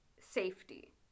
safety